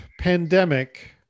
pandemic